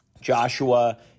Joshua